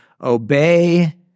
obey